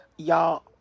Y'all